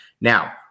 Now